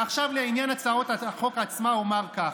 ועכשיו, לעניין הצעת החוק עצמה אומר כך: